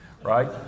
Right